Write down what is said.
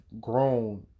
grown